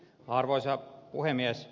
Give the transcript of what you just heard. arvoisa puhemies